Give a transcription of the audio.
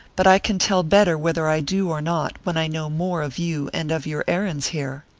but i can tell better whether i do or not when i know more of you and of your errands here.